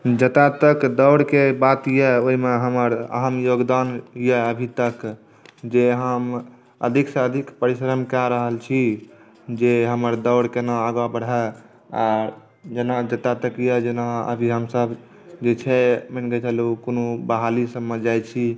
जतऽ तक दौड़के बात अइ ओहिमे हमर अहम योगदान अइ अभीतक जे हम अधिकसँ अधिक परिश्रम कऽ रहल छी जे हमर दौड़ कोना आगाँ बढ़ै आओर जेना जतऽ तक अइ जेना अभी हमसब जे छै कोनो बहालीसबमे जाइ छी